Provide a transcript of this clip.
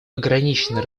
ограничены